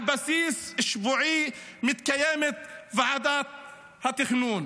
על בסיס שבועי מתקיימת ועדת התכנון.